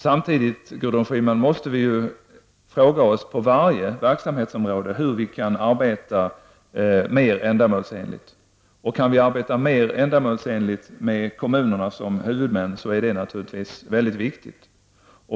Vi måste ju samtidigt, Gudrun Schyman, på varje verksamhetsområde fråga oss hur vi kan arbeta mer ändamålsenligt. Kan vi arbeta mer ändamålsenligt med kommunerna som huvudmän, så är det naturligtvis mycket viktigt.